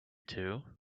two